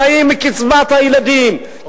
חיים מקצבת הילדים,